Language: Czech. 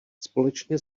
společně